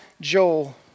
Joel